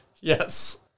yes